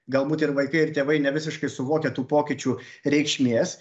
galbūt ir vaikai ir tėvai nevisiškai suvokia tų pokyčių reikšmės